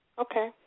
Okay